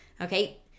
Okay